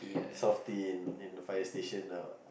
softie in the fire station